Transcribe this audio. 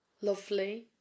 Lovely